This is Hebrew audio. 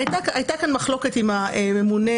הייתה כאן מחלוקת עם הממונה